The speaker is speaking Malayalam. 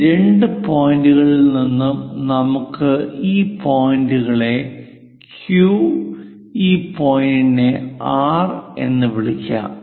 ഈ രണ്ട് പോയിന്റുകളിൽ നിന്നും നമുക്ക് ഈ പോയിന്റുകളെ Q ഈ പോയിന്റിനെ R എന്ന് വിളിക്കാം